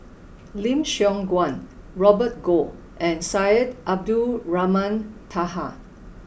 Lim Siong Guan Robert Goh and Syed Abdulrahman Taha